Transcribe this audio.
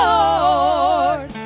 Lord